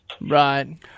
Right